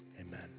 Amen